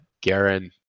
Garen